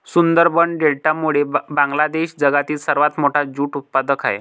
सुंदरबन डेल्टामुळे बांगलादेश जगातील सर्वात मोठा ज्यूट उत्पादक आहे